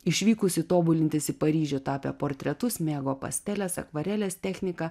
išvykusi tobulintis į paryžių tapė portretus mėgo pastelės akvarelės techniką